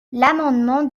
l’amendement